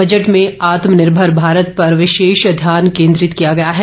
budget में आत्मनिर्भर भारत पर विशेष ध्यान केंद्रित किया गया है